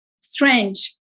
strange